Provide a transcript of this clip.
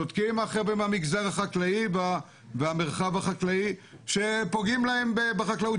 צודקים החבר'ה מהמגזר החקלאי והמרחב החקלאי שפוגעים להם בחקלאות,